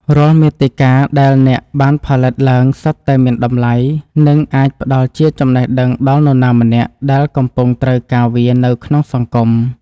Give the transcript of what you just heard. រាល់មាតិកាដែលអ្នកបានផលិតឡើងសុទ្ធតែមានតម្លៃ និងអាចផ្តល់ជាចំណេះដឹងដល់នរណាម្នាក់ដែលកំពុងត្រូវការវានៅក្នុងសង្គម។